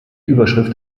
überschrift